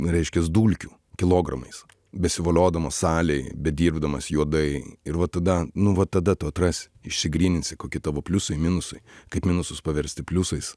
reiškias dulkių kilogramais besivoliodamas salėj bedirbdamas juodai ir va tada nu va tada tu atrasi išsigryninsi koki tavo pliusai minusai kaip minusus paversti pliusais